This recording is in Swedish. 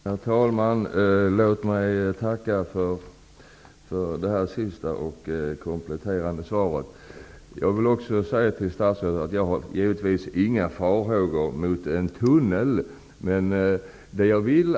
Herr talman! Låt mig tacka för det senaste, kompletterande svaret. Jag vill också säga till statsrådet att jag givetvis inte har några farhågor när det gäller en tunnel.